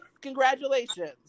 congratulations